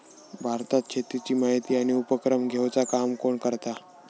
भारतात शेतीची माहिती आणि उपक्रम घेवचा काम कोण करता?